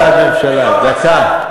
דקה,